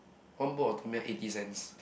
one bowl of Tom-Yum eighty cents